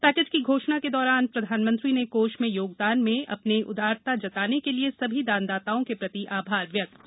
package की घाषणा के दौरान प्रधानमंत्री ने काष में याणदान में अपने उदारता जताने के लिय सभी दानदाताओं के प्रति आभार व्यक्त किया